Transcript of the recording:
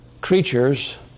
creatures